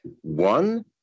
one